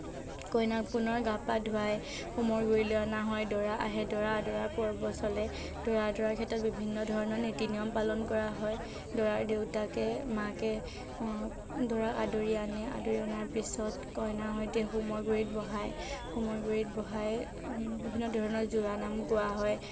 কইনাক পুনৰ গা পা ধুৱাই হোমৰ গুৰিলৈ অনা হয় দৰা আহে দৰা দৰাৰ পৰ্ব চলে দৰা দৰাৰ ক্ষেত্ৰত বিভিন্ন ধৰণৰ নীতি নিয়ম পালন কৰা হয় দৰাৰ দেউতাকে মাকে দৰাক আদৰি আনে আদৰি অনাৰ পিছত কইনাৰ সৈতে হোমৰ গুৰিত বহায় হোমৰ গুৰিত বহাই বিভিন্ন ধৰণৰ জোৰানাম গোৱা হয়